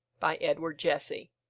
by edward jesse,